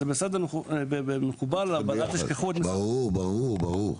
זה בסדר ומקובל, אבל אל תשכחו --- ברור, ברור.